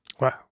wow